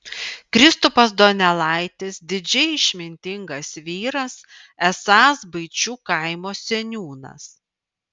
kristupas donelaitis didžiai išmintingas vyras esąs baičių kaimo seniūnas